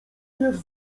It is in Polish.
jest